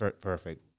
Perfect